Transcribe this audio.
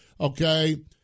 okay